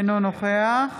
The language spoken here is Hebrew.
אינו נוכח